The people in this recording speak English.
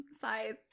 size